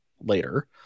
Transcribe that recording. later